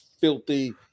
filthy